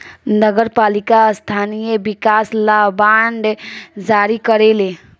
नगर पालिका स्थानीय विकास ला बांड जारी करेले